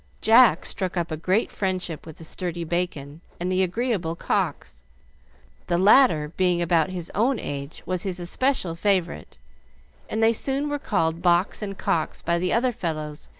jack struck up a great friendship with the sturdy bacon and the agreeable cox the latter, being about his own age, was his especial favorite and they soon were called box and cox by the other fellows,